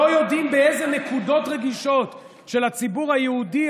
לא יודעים באיזה נקודות רגישות של הציבור היהודי,